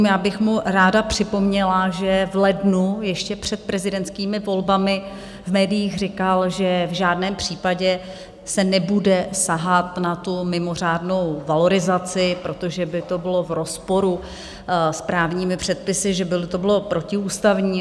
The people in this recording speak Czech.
Já bych mu ráda připomněla, že v lednu ještě před prezidentskými volbami v médiích říkal, že v žádném případě se nebude sahat na mimořádnou valorizaci, protože by to bylo v rozporu s právními předpisy, že by to bylo protiústavní.